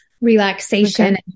relaxation